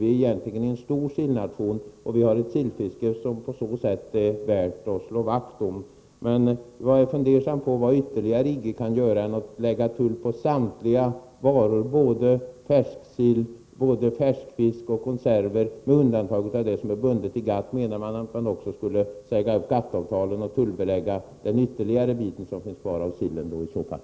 Vi är egentligen en stor sillnation, och vi har ett sillfiske som därför är värt att slå vakt om. Vad jag funderar över är vad EG kan göra ytterligare, utöver att lägga tull på samtliga varor, både färsk fisk och konserver — med undantag av det som är bundet genom GATT. Skulle man också kunna säga upp GATT-avtalet och på så sätt ytterligare tullbelägga den bit som finns kvar?